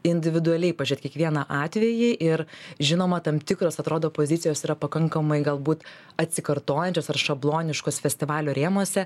individualiai pažėt kiekvieną atvejį ir žinoma tam tikros atrodo pozicijos yra pakankamai galbūt atsikartojančios ar šabloniškos festivalio rėmuose